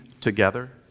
together